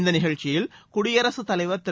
இந்த நிகழ்ச்சியில் குடியரசுத் தலைவர் திரு